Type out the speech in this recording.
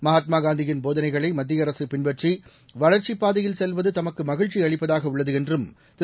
மகாத்மா காந்தியின் போதனைகளை மத்திய அரசு பின்பற்றி வளர்ச்சிப் பாதையில் செல்வது தமக்கு மகிழ்ச்சி அளிப்பதாக உள்ளது என்றும் திரு